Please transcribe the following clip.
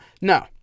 no